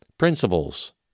principles